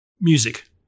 Music